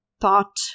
thought